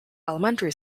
elementary